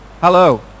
Hello